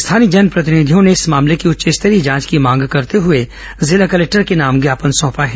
स्थानीय जनप्रतिनिधियों ने इस मामले की उच्च स्तरीय जांच की मांग करते हुए जिला कलेक्टर के नाम ज्ञापन सौंपा है